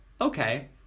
okay